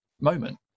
moment